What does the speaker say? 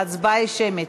ההצבעה היא שמית.